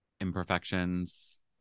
imperfections